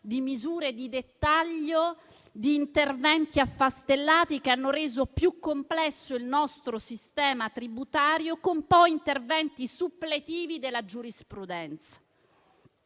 di misure di dettaglio e di interventi affastellati, che hanno reso più complesso il nostro sistema tributario, poi con interventi suppletivi della giurisprudenza.